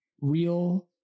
real